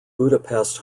budapest